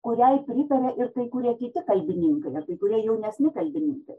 kuriai pritarė ir kai kurie kiti kalbininkai na ir kai kurie jaunesni kalbininkai